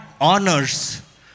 Honors